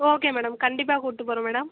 okay madam கண்டிப்பாக கூட்டு போகறேன் மேடம்